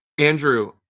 Andrew